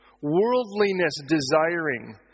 worldliness-desiring